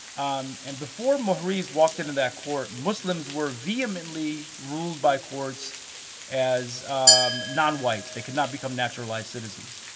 um and before mohriez walked into that court, muslims were vehemently ruled by courts as um nonwhites. they could not become naturalized citizens.